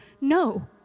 no